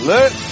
Let